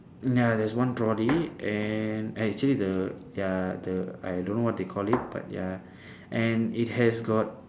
ya there's one trolley and actually the ya the I don't know what they call it but ya and it has got